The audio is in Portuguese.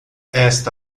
esta